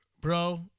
bro